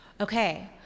okay